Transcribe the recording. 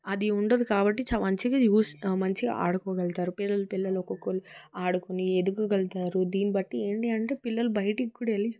అది ఉండదు కాబట్టి చాలా మంచిగా యూస్ మంచిగా ఆడుకోగలుగుతారు పిల్ల పిల్లలు ఒక్కొక్కరూ ఆడుకొని ఎదుగుగలుతారు దీన్నిబట్టి ఏంది అంటే పిల్లలు బయటికి కూడా వెళ్ళి